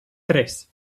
tres